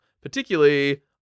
Particularly